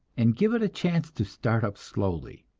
and give it a chance to start up slowly.